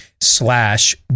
slash